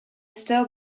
still